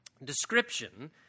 Description